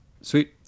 Sweet